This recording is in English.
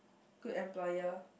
good employer